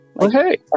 Okay